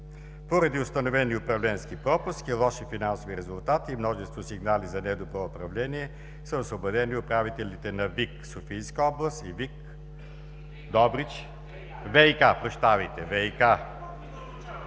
Поради установени управленски пропуски, лоши финансови резултати и множество сигнали за недобро управление са освободени управителите на ВиК – Софийска област, и ВиК - Добрич. Министърът на